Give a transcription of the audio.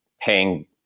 paying